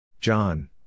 John